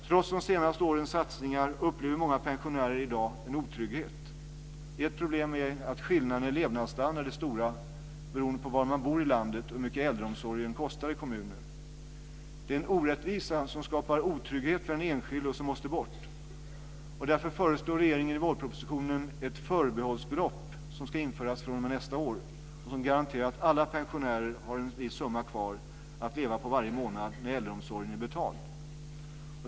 Trots de senaste årens satsningar upplever många pensionärer i dag en otrygghet. Ett problem är att skillnaderna i levnadsstandard är stora beroende på var man bor i landet och hur mycket äldreomsorgen kostar i kommunerna. Det är en orättvisa som skapar otrygghet för den enskilde och som måste bort. Därför föreslår regeringen i vårpropositionen med verkan fr.o.m. nästa år ett förbehållsbelopp, som garanterar att alla pensionärer har en viss summa kvar att leva på varje månad när äldreomsorgen är betald.